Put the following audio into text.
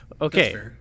okay